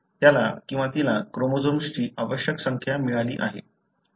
त्याला किंवा तिला क्रोमोझोम्सची आवश्यक संख्या मिळाली आहे